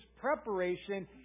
preparation